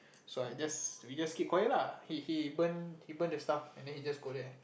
so I just we just keep quiet lah he he burn he burn the stuff and then he just go there